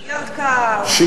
מה עם בית-ג'ן, ירכא, חורפיש?